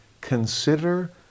Consider